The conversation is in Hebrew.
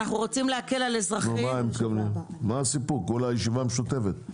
מה הסיפור, בסך הכול ישיבה משותפת של שעתיים.